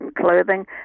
clothing